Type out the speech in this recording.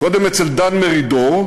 קודם אצל דן מרידור,